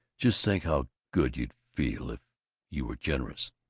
just think how good you'd feel if you were generous.